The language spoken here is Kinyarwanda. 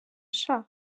sha